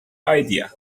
idea